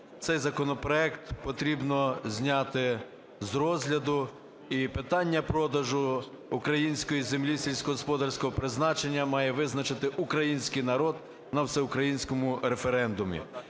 цей законопроект потрібно зняти з розгляду. І питання продажу української землі сільськогосподарського призначення має визначити український народ на всеукраїнському референдумі.